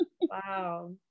Wow